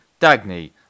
Dagny